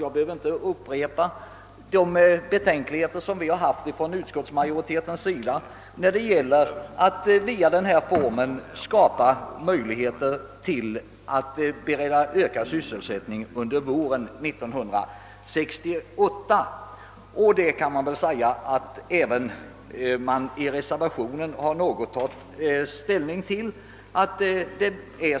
Jag behöver inte upprepa de betänkligheter som utskottsmajoriteten har haft när det gäller att på det sätt som föreslås i motionerna I: 558 och II: 735 bereda ökad sysselsättning under våren 1968.